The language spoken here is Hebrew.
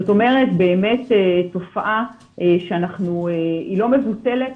זאת אומרת, באמת תופעה שהיא לא מבוטלת.